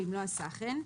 והוא לא עשה כן,